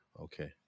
okay